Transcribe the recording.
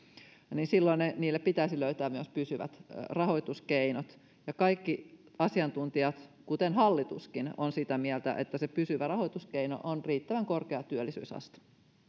niin silloin niille pitäisi löytää myös pysyvät rahoituskeinot ja kaikki asiantuntijat kuten hallituskin ovat sitä mieltä että se pysyvä rahoituskeino on riittävän korkea työllisyysaste